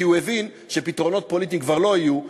כי הוא הבין שפתרונות פוליטיים כבר לא יהיו,